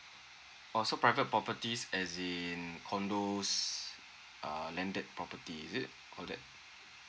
oh so private properties as in condos uh landed property is it all that